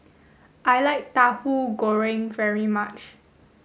I like Tahu Goreng very much